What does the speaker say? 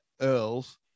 Earls